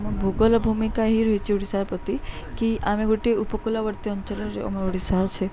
ଆମ ଭୂଗୋଳ ଭୂମିକା ହିଁ ରହିଛି ଓଡ଼ିଶାର ପ୍ରତି କି ଆମେ ଗୋଟଏ ଉପକୂଳବର୍ତ୍ତୀ ଅଞ୍ଚଳରେ ଆମର ଓଡ଼ିଶା ଅଛେ